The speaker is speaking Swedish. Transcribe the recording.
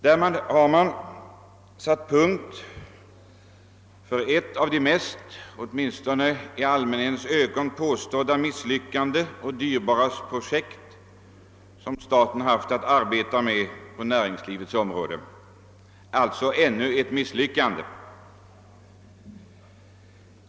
Därmed har man satt punkt för ett av de mest åtminstone i allmänhetens ögon uppmärksammade misslyckanden och dyrbara projekt som staten haft att arbeta med på näringslivets område, alltså ännu ett misslyckande.